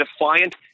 defiant